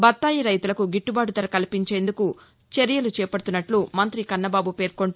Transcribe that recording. బత్తాయి రైతులకు గిట్టబాటు ధర కల్పించేందుకు చర్యలు చేపడుతున్నట్లు మంత్రి కన్నబాబు పేర్కొంటూ